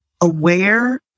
aware